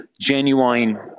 genuine